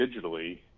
digitally